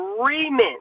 agreement